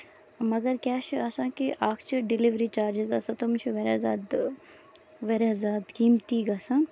مَگر کیاہ چھُ آسان کہِ اکھ چھُ ڈیٚلِؤری چارجِز آسان تِم چھِ واریاہ زیادٕ واریاہ زیادٕ قۭمتی گژھان